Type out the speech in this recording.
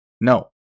No